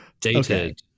Dated